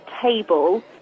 table